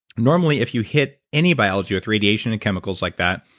normally, if you hit any biology with radiation and chemicals like that,